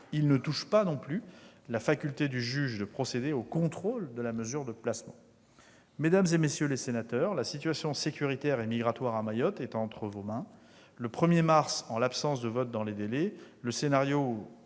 et ne touche pas non plus la faculté du juge de procéder au contrôle de la mesure de placement. Mesdames, messieurs les sénateurs, la situation sécuritaire et migratoire à Mayotte est entre vos mains. Le 1 mars, en l'absence de vote dans les délais, le scénario